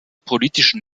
politischen